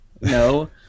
no